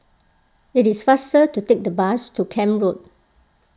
it is faster to take the bus to Camp Road